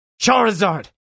Charizard